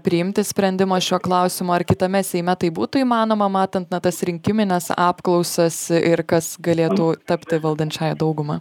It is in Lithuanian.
priimti sprendimą šiuo klausimu ar kitame seime tai būtų įmanoma matant na tas rinkimines apklausas ir kas galėtų tapti valdančiąja dauguma